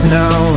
now